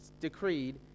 decreed